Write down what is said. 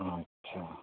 আচ্ছা